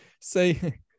say